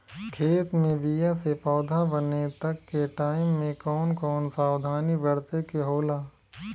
खेत मे बीया से पौधा बने तक के टाइम मे कौन कौन सावधानी बरते के होला?